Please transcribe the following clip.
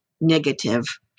negative